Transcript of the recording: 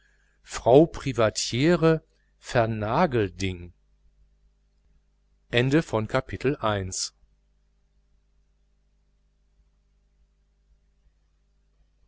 frau privatiere vernagelding kapitel